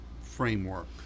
framework